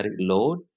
load